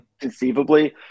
conceivably